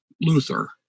Luther